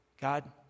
God